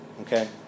Okay